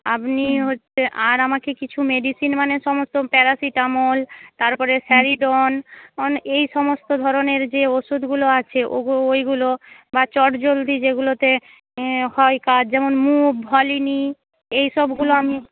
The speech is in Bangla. আপনি হচ্ছে আর আমাকে কিছু মেডিসিন মানে সমস্ত প্যারাসিটামল তারপরে স্যারিডন এই সমস্ত ধরনের যে ওষুধগুলো আছে ওইগুলো বা চটজলদি যেগুলোতে হয় কাজ যেমন মুভ ভোলিনি এই সবগুলো আমি